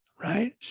right